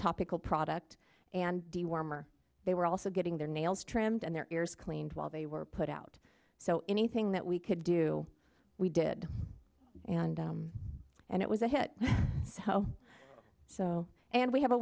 topical product and dewormer they were also getting their nails trimmed and their ears cleaned while they were put out so anything that we could do we did and it was a hit so so and we have a